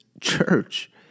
church